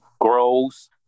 grows